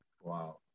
Wow